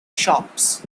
shops